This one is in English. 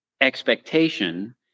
expectation